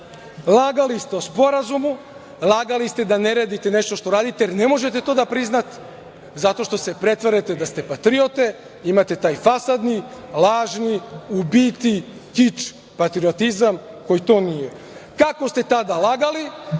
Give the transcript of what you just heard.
ste o Sporazumu, lagali ste da ne radite nešto što radite, jer ne možete to da priznate zato što se pretvarate da ste patriote, imate taj fasadni, lažni u biti kič patriotizam koji to nije. Kako ste tada lagali,